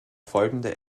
folgende